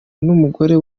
n’umugore